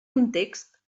context